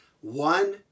One